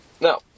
Now